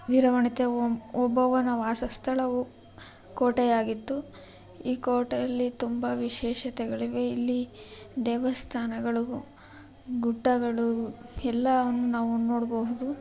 ವೀರ ವನಿತೆ ಓ ಓಬವ್ವನ ವಾಸಸ್ಥಳವು ಕೋಟೆಯಾಗಿತ್ತು ಈ ಕೋಟೆಯಲ್ಲಿ ತುಂಬ ವಿಶೇಷತೆಗಳಿವೆ ಇಲ್ಲಿ ದೇವಸ್ಥಾನಗಳಿಗೂ ಗುಡ್ಡಗಳಿಗೂ ಎಲ್ಲ ನಾವು ನೋಡಬಹುದು